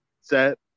set